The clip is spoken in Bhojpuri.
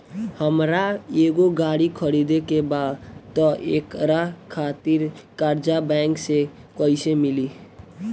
हमरा एगो गाड़ी खरीदे के बा त एकरा खातिर कर्जा बैंक से कईसे मिली?